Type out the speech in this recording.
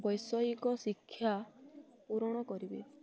ବୈଷୟିକ ଶିକ୍ଷା ପୂରଣ କରିବେ